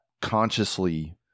consciously